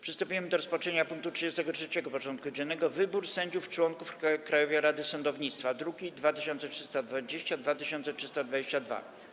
Przystępujemy do rozpatrzenia punktu 33. porządku dziennego: Wybór sędziów członków Krajowej Rady Sądownictwa (druki nr 2320 i 2322)